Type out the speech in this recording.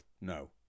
No